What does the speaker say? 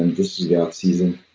and this is the off season.